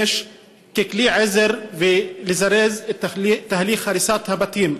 כלי עזר לזרז את תהליך הריסת הבתים.